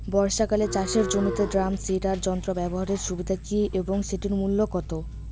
বর্ষাকালে চাষের জমিতে ড্রাম সিডার যন্ত্র ব্যবহারের সুবিধা কী এবং সেটির মূল্য কত?